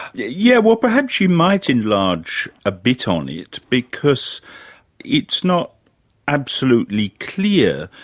yeah yeah well perhaps you might enlarge a bit on it, because it's not absolutely clear.